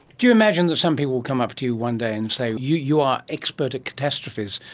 do you imagine that some people will come up to you one day and say, you you are expert at catastrophes.